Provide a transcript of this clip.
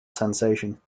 sensation